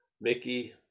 Mickey